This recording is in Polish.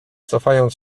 cofając